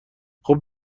خوب